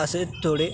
असे थोडे